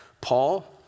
Paul